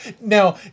Now